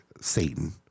Satan